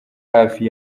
hafi